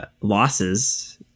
losses